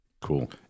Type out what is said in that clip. cool